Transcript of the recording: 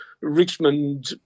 Richmond